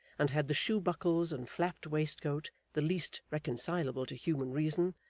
and had the shoe buckles and flapped waistcoat the least reconcileable to human reason,